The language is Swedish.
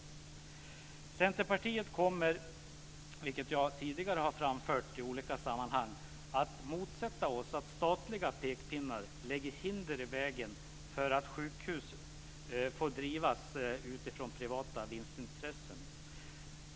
Vi i Centerpartiet kommer, vilket jag tidigare framfört, att motsätta oss att statliga pekpinnar lägger hinder i vägen för att sjukhus får drivas utifrån privata vinstintressen.